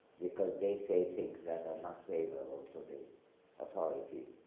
because they say things that are not favorable to the authorities,